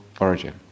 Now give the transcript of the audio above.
origin